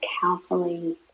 counseling